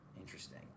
Interesting